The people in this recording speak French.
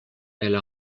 elle